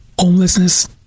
Homelessness